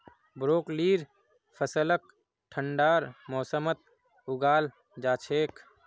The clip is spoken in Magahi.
ब्रोकलीर फसलक ठंडार मौसमत उगाल जा छेक